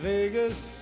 Vegas